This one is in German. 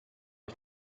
ich